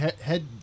head